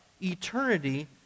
eternity